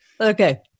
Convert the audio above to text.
Okay